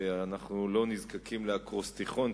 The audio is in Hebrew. שאנחנו לא נזקקים לאקרוסטיכון,